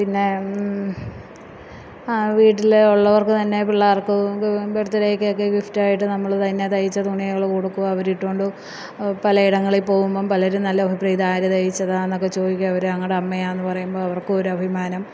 പിന്നെ വീട്ടിൽ ഉള്ളവർക്ക് തന്നെ പിള്ളേർക്ക് ബെർത്ത് ഡേയ്ക്കക്കെ ഗിഫ്റ്റായിട്ട് നമ്മൾ തന്നെ തയ്ച്ച തുണികൾ കൊടുക്കും അവരിട്ടോണ്ട് പലയിടങ്ങളിൽ പോവുമ്പം പലരും നല്ല അഭിപ്രായം ഇതാര് തയ്ച്ചതാന്ന് ഒക്കെ ചോദിക്കും അവർ ഞങ്ങളുടെ അമ്മയാന്ന് പറയുമ്പം അവർക്കൊരു അഭിമാനം